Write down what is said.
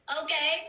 okay